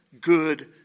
good